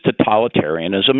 totalitarianism